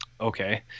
Okay